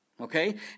Okay